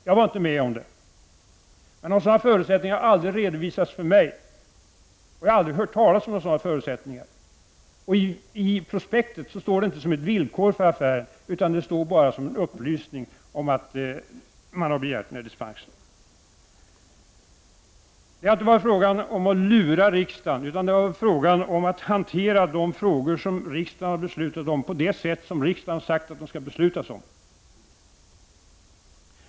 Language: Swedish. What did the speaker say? Jag var inte med om det, men några sådana förutsättningar har aldrig redovisats för mig. Jag har inte heller hört talas om några sådana förutsättningar. I prospektet står det inte som ett villkor för affären, utan det står bara som en upplysning att man har begärt dispens. Det har inte varit fråga om att lura riksdagen, utan det har varit fråga om att hantera de frågor som riksdagen har beslutat om på det sätt som riksdagen har lagt fast.